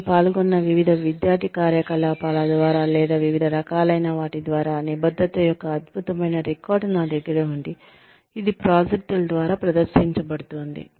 నేను పాల్గొన్న వివిధ విద్యార్థి కార్యకలాపాల ద్వారా లేదా వివిధ రకాలైన వాటి ద్వారా నిబద్ధత యొక్క అద్భుతమైన రికార్డ్ నా దగ్గర ఉంది ఇది ప్రాజెక్టుల ద్వారా ప్రదర్శించబడుతోంది